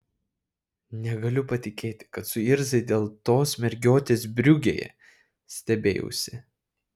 negaliu patikėti kad suirzai dėl tos mergiotės briugėje stebėjausi